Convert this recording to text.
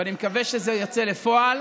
ואני מקווה שזה יצא לפועל,